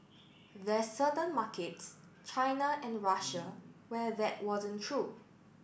there's certain markets China and Russia where that wasn't true